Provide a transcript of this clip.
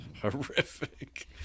horrific